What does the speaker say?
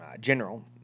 General